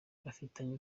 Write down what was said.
bafitanye